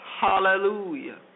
Hallelujah